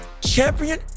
Champion